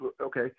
okay